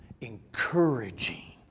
encouraging